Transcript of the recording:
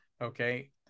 okay